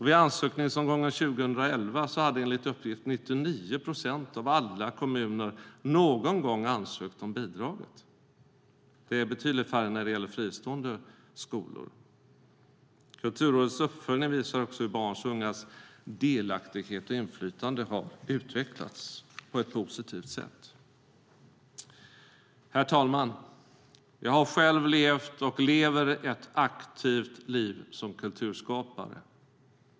Vid ansökningsomgången 2011 hade enligt uppgift 99 procent av alla kommuner någon gång ansökt om bidraget. Det var betydligt färre när det gäller de fristående skolorna. Kulturrådets uppföljning visar också hur barns och ungas delaktighet och inflytande har utvecklats på ett positivt sätt. Herr talman! Jag har själv levt och lever ett aktivt liv som kulturskapare.